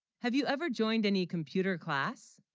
have, you, ever joined any computer class